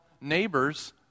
neighbors